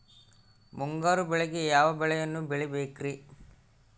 ಮುಂಗಾರು ಮಳೆಗೆ ಯಾವ ಬೆಳೆಯನ್ನು ಬೆಳಿಬೇಕ್ರಿ?